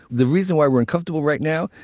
the reason why we're uncomfortable right now,